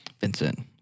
Vincent